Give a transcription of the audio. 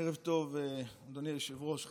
ערב טוב, אדוני היושב-ראש.